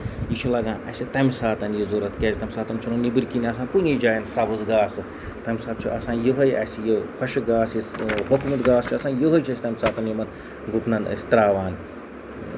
یہِ چھُ لگان اَسہِ تَمہِ ساتہٕ یہِ ضورتھ کیازِ کہِ تَمہِ ساتہٕ چھُ نہٕ نیبِر کِن آسان کُنی جایہِ سَبٔز گاسہٕ تَمہِ ساتہٕ چھُ آسان یِہوے اَسہِ یہِ خۄشٔک گاسہٕ یہِ ہوٚکھمُت گاسہٕ چھُ آسان یِہوے چھُ أسۍ تَمہِ ساتہٕ یِمن گُپنن أسۍ تراوان